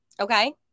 Okay